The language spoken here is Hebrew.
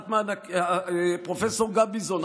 פרופ' גביזון,